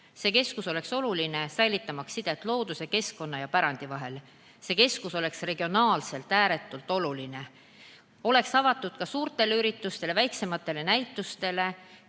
See keskus oleks oluline, säilitamaks sidet looduse, keskkonna ja pärandi vahel. See keskus oleks regionaalselt ääretult oluline. See oleks avatud nii suurtele üritustele kui ka väiksematele näitustele.